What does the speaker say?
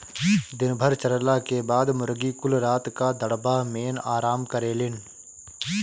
दिन भर चरला के बाद मुर्गी कुल रात क दड़बा मेन आराम करेलिन